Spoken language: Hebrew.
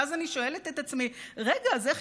ואז אני שואלת את עצמי: רגע, אז איך